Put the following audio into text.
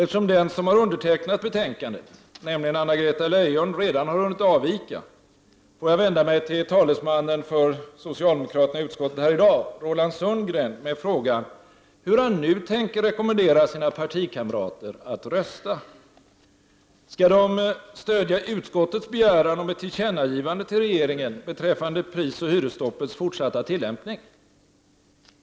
Eftersom den som har undertecknat betänkandet, nämligen Anna-Greta Leijon, redan har hunnit avvika, får jag vända mig till dagens talesman för socialdemokraterna i utskottet, Roland Sundgren, med frågan hur han nu tänker rekommendera sina partikamrater att rösta. Skall de stödja utskottets begäran om ett tillkännagivande till regeringen beträffande prisoch hyresstoppets fortsatta tillämpning?